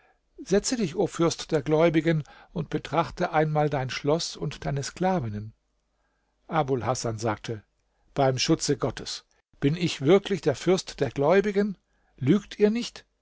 setze dich o fürst der gläubigen und betrachte einmal dein schloß und deine sklavinnen abul hasan sagte beim schutze gottes bin ich wirklich der fürst der gläubigen lügt ihr nicht